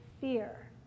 fear